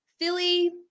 Philly